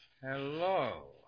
Hello